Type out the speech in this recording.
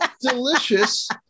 Delicious